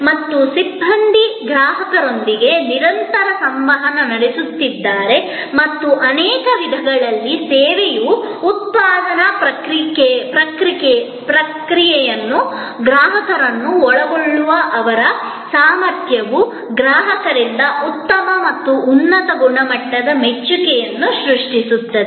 ಮತ್ತು ಸಿಬ್ಬಂದಿ ಗ್ರಾಹಕರೊಂದಿಗೆ ನಿರಂತರ ಸಂವಹನ ನಡೆಸುತ್ತಿದ್ದಾರೆ ಮತ್ತು ಅನೇಕ ವಿಧಗಳಲ್ಲಿ ಸೇವೆಯ ಉತ್ಪಾದನಾ ಪ್ರಕ್ರಿಯೆಯಲ್ಲಿ ಗ್ರಾಹಕರನ್ನು ಒಳಗೊಳ್ಳುವ ಅವರ ಸಾಮರ್ಥ್ಯವು ಗ್ರಾಹಕರಿಂದ ಉತ್ತಮ ಮತ್ತು ಉನ್ನತ ಮಟ್ಟದ ಮೆಚ್ಚುಗೆಯನ್ನು ಸೃಷ್ಟಿಸುತ್ತದೆ